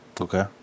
Okay